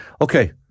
Okay